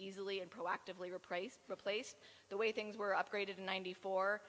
easily and proactively replace replace the way things were upgraded in ninety four